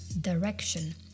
direction